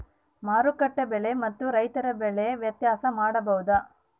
ಮಾರುಕಟ್ಟೆ ಬೆಲೆ ಮತ್ತು ರೈತರ ಬೆಳೆ ಬೆಲೆ ವ್ಯತ್ಯಾಸ ನೋಡಬಹುದಾ?